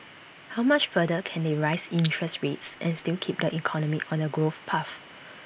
how much further can they raise interest rates and still keep the economy on A growth path